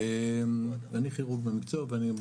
אני כירורג במקצועי.